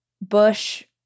Bush